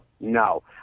no